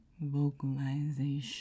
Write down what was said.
vocalization